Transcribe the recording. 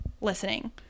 listening